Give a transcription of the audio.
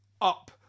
up